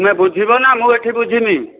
ତୁମେ ବୁଝିବ ନା ମୁଁ ଏଠି ବୁଝିବି